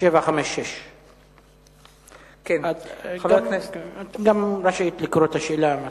שאילתא 756. את רשאית לקרוא את השאלה.